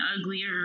uglier